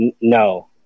No